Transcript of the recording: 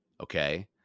Okay